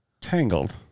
tangled